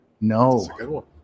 No